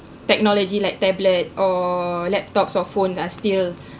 technology like tablet or laptops or phone are still